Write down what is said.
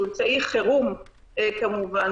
שהוא אמצעי חירום כמובן,